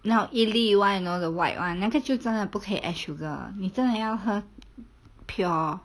not 一粒 [one] you know the white [one] 那个就真的不可以 add sugar 你真要喝 pure